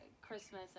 Christmas